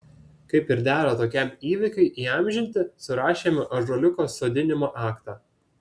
kaip ir dera tokiam įvykiui įamžinti surašėme ąžuoliuko sodinimo aktą